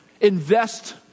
Invest